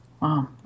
wow